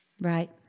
Right